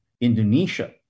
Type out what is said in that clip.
Indonesia